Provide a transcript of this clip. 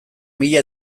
mila